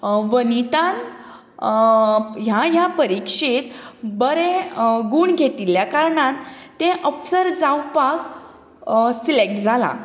वनितान ह्या ह्या परिक्षेक बरे गूण घेतिल्ल्या कारणान तें अप्सर जावपाक सिलेक्ट जालां तर